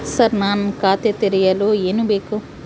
Sir ನಾನು ಖಾತೆ ತೆರೆಯಲು ಏನು ಬೇಕು?